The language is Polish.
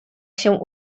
się